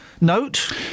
note